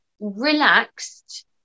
relaxed